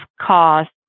cost